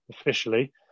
officially